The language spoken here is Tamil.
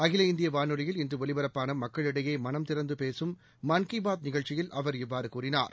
அகில இந்திய வானொலியில் இன்று ஒலிபரப்பான மக்களிடையே மனம் திறந்த பேசும் மன் கி பாத் நிகழ்ச்சியில் அவர் இவ்வாறு கூறினார்